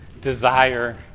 desire